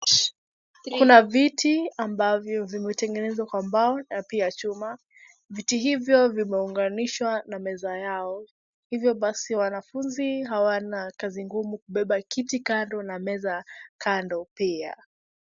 Kuna viti ambavyo vimetengenezwa kwa mbao na pia chuma, viti hivyo vimeunganishwa na meza yao hivyo basi wanafunzi hawana kazi ngumu kubeba kiti kando na meza kando pia.